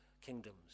kingdoms